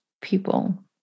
people